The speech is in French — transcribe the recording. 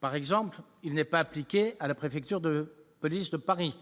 par exemple il n'est pas appliquée à la préfecture de police de Paris,